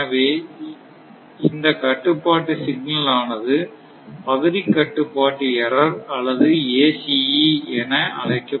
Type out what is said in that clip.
எனவே இந்த கட்டுப்பாட்டு சிக்னல் ஆனது பகுதி கட்டுப்பாட்டு எர்ரர் அல்லது ACE என அழைக்கப்படுகிறது